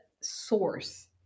source